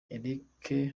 eric